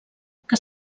que